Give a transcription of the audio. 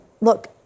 Look